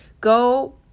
go